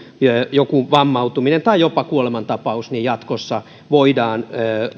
joku vammautuminen tai jopa kuolemantapaus jatkossa voidaan